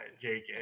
Jake